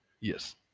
Yes